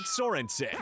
Sorensen